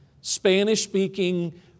Spanish-speaking